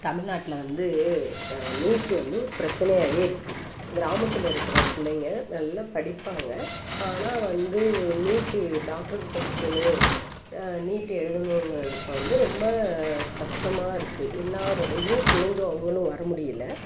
தமிழ்நாட்டில் வந்து நீட்டு வந்து ஒரு பிரச்சனையாகவே இருக்குது கிராமத்தில் இருக்கிற பிள்ளைங்க நல்லா படிப்பாங்க ஆனால் வந்து நீட்டு டாக்டருக்கு படிக்கணும் நீட் எழுதணுங்கிறப்ப வந்து ரொம்ப கஷ்டமாக இருக்குது எல்லோரோடயும் சேர்ந்து அவங்களும் வர முடியலை